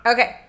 Okay